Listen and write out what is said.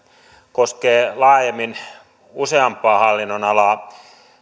koskee useampaa hallinnonalaa